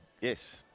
Yes